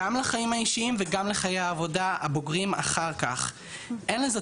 גם לחיים האישיים וגם לחיי העבודה הבוגרים אחר כך.